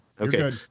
Okay